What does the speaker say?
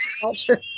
culture